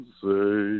say